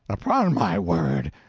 upon my word!